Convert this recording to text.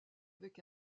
avec